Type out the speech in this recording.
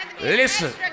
Listen